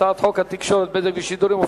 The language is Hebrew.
הצעת חוק התקשורת (בזק ושידורים) (תיקון,